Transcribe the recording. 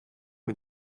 mit